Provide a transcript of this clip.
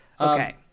okay